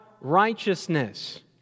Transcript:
righteousness